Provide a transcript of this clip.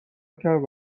کرد